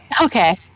Okay